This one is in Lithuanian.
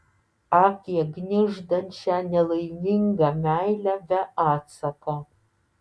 apie gniuždančią nelaimingą meilę be atsako